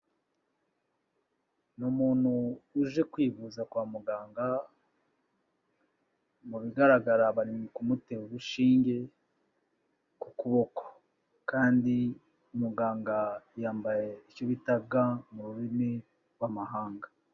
Ni umuntu uje kwivuza kwa muganga, mu bigaragara bari kumutera urushinge ku kuboko kandi muganga yambaye icyo bita ga mu rurimi rw'amahanga.